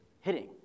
hitting